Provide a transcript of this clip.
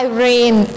Irene